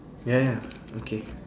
ya ya okay